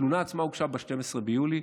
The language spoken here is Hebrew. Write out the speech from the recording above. התלונה עצמה הוגשה ב-12 ביולי.